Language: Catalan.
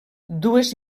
dues